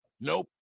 Nope